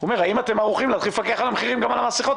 אומר - האם אתם ערוכים להתחיל לפקח על המחירים של המסכות,